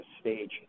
stage